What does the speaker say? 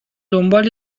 دنبال